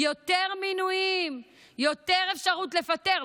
יותר מינויים, יותר אפשרות לפטר.